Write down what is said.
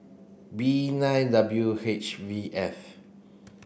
B nine W H V F